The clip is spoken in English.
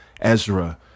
Ezra